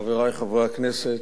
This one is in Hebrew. חברי חברי הכנסת,